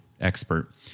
expert